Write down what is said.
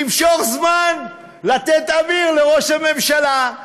למשוך זמן, לתת אוויר לראש הממשלה.